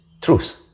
truth